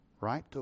Right